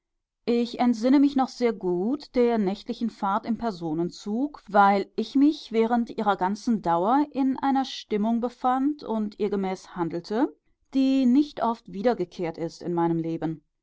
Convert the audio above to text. ich entsinne mich noch sehr gut der nächtlichen fahrt im personenzug weil ich mich während ihrer ganzen dauer in einer stimmung befand und ihr gemäß handelte die nicht oft wiedergekehrt ist in meinem leben